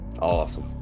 Awesome